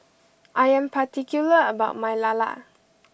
I am particular about my Lala